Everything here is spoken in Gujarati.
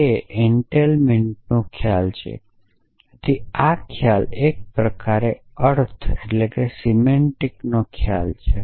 તે એનટેઇલમેંટ નો ખ્યાલ છે તેથી આ ખ્યાલ એક પ્રકારે અર્થનો ખ્યાલ છે